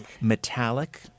Metallic